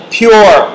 pure